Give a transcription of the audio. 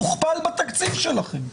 הוכפל בתקציב שלכם?